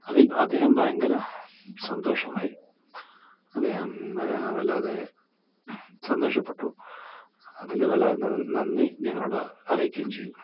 അതിൽ അദ്ദേഹം ഭയങ്കര സന്തോഷമായി അദ്ദേഹം വല്ലാതെ സന്തോഷപ്പെട്ടു അതിൽ വല്ലാതെ നന്ദി ഞങ്ങളോട് അറിയിക്കുകയും ചെയ്തു